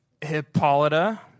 Hippolyta